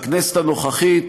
בכנסת הנוכחית